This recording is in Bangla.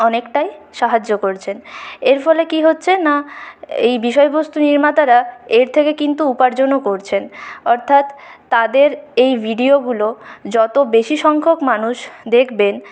অনেকটাই সাহায্য করছেন এর ফলে কি হচ্ছে না এই বিষয়বস্তু নির্মাতারা এর থেকে কিন্তু উপার্জনও করছেন অর্থাৎ তাদের এই ভিডিওগুলো যত বেশি সংখ্যক মানুষ দেখবেন